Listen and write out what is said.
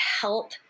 help